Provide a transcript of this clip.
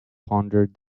pondered